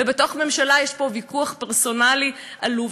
ובתוך הממשלה יש פה ויכוח פרסונלי עלוב.